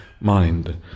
mind